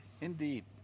Indeed